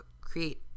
create